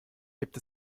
gibt